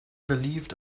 believed